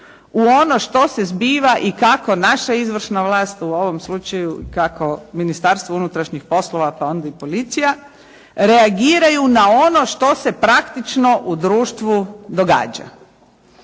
u ono što se zbiva i kako naša izvršna vlast u ovom slučaju, kako Ministarstvo unutrašnjih poslova, pa onda i policija reagiraju na ono što se praktično u društvu događa.